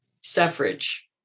suffrage